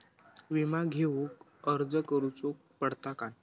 विमा घेउक अर्ज करुचो पडता काय?